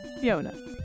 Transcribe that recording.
Fiona